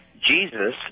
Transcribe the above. Jesus